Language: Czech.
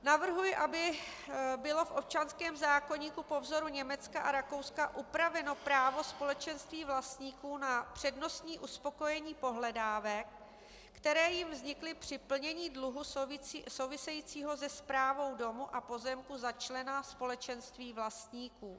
Navrhuji, aby bylo v občanském zákoníku po vzoru Německa a Rakouska upraveno právo společenství vlastníků na přednostní uspokojení pohledávek, které jim vznikly při plnění dluhu souvisejícího se správou domu a pozemku za člena společenství vlastníků.